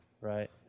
Right